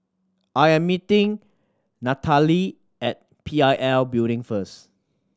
I am meeting Nathaly at P I L Building first